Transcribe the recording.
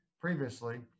previously